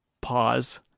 pause